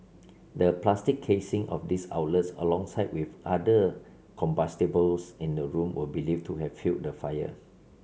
the plastic casing of these outlets alongside with other combustibles in the room were believed to have fuelled the fire